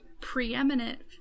preeminent